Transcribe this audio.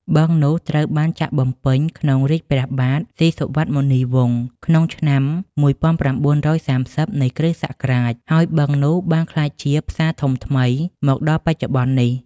បឹងនោះត្រូវបានចាក់បំពេញក្នុងរាជព្រះបាទ សុីសុវត្ថ មុនីវង្ស ក្នុងឆ្នាំ ១៩៣០ នៃគ.សករាជ ហើយបឹងនោះបានក្លាយជា ផ្សារធំថ្មី មកដល់បច្ចុប្បន្ននេះ ។